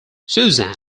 susan